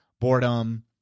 boredom